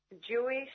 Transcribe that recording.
Jewish